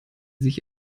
sich